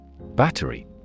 Battery